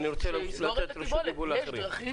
אני רוצה לתת רשות דיבור גם לאחרים.